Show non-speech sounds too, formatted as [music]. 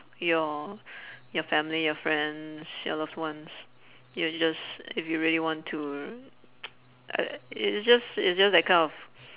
your your family your friends your loved ones you're just if you really want to r~ [noise] uh it's just it's just that kind of